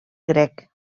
grec